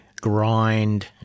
grind